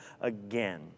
again